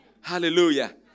Hallelujah